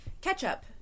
Ketchup